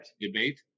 debate